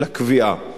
לקביעה.